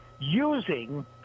using